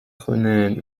خوانند